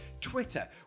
Twitter